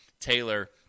Taylor